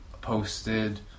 posted